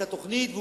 את התוכנית,